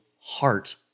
heart